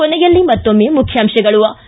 ಕೊನೆಯಲ್ಲಿ ಮತ್ತೊಮ್ಮೆ ಮುಖ್ಯಾಂಶಗಳು